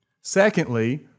Secondly